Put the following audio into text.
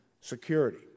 security